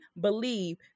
believe